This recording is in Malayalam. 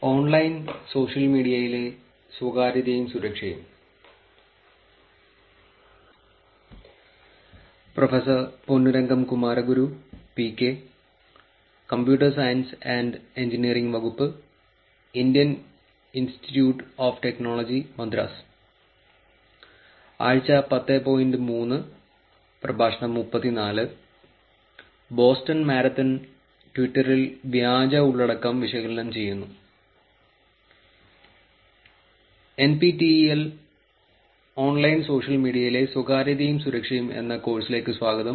NPTEL ലെ ഓൺലൈൻ സോഷ്യൽ മീഡിയയിലെ സ്വകാര്യതയും സുരക്ഷയും എന്ന കോഴ്സിലേക്ക് സ്വാഗതം